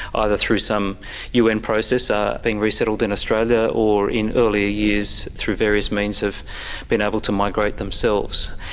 either through some un process are being resettled in australia or, in earlier years, through various means have been able to migrate themselves.